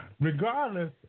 Regardless